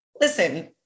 listen